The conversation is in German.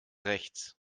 rechts